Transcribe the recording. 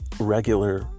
regular